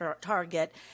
target